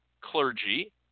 clergy